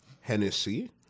Hennessy